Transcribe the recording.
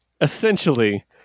Essentially